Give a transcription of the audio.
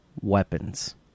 weapons